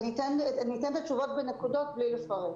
אתן את התשובות בנקודות בלי לפרט.